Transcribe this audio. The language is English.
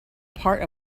part